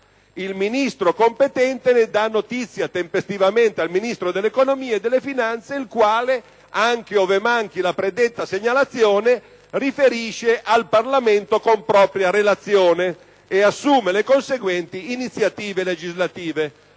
il Ministro competente ne dà notizia tempestivamente al Ministro dell'economia e delle finanze, il quale, anche ove manchi la predetta segnalazione, riferisce al Parlamento con propria relazione e assume le conseguenti iniziative legislative.».